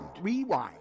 Rewind